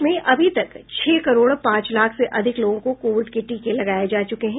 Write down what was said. देश में अभी तक छह करोड़ पांच लाख से अधिक लोगों को कोविड के टीके लगाए जा चूके हैं